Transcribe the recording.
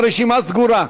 הרשימה סגורה.